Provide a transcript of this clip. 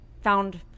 found